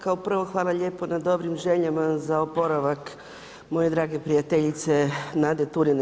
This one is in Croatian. Kao prvo, hvala lijepo na dobrim željama za oporavak moje drage prijateljice Nade Turine.